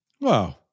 Wow